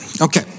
Okay